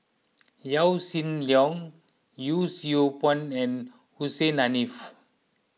Yaw Shin Leong Yee Siew Pun and Hussein Haniff